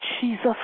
Jesus